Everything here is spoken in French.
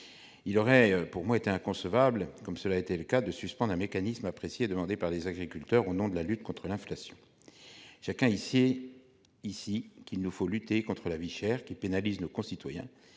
Il aurait été pour moi inconcevable, comme cela a été un temps envisagé, de suspendre un mécanisme demandé par les agriculteurs, et ce au nom de la lutte contre l'inflation. Chacun sait qu'il nous faut lutter contre la vie chère, qui pénalise nos concitoyens,